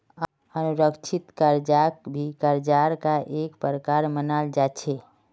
असुरिक्षित कर्जाक भी कर्जार का एक प्रकार मनाल जा छे